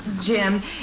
Jim